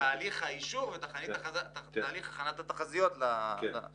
החריגות היא בתהליך הכנת התחזיות לתקציב.